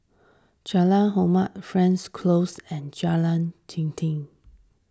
Jalan Hormat Frankel Close and Jalan Dinding